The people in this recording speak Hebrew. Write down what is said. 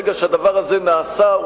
ברגע שהדבר הזה נעשה,